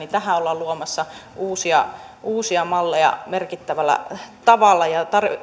ollaan luomassa uusia uusia malleja merkittävällä tavalla ja